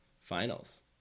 Finals